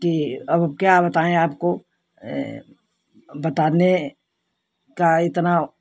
कि अब क्या बताएँ आपको बताने का इतना